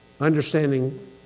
understanding